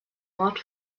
mord